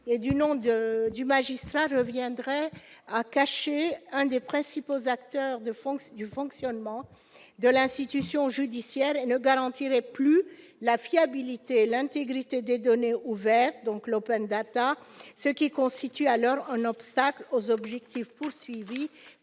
du nom du magistrat reviendrait à cacher un des principaux acteurs du fonctionnement de l'institution judiciaire et ne garantirait plus la fiabilité et l'intégrité des données ouvertes- -, ce qui constitue alors un obstacle aux objectifs poursuivis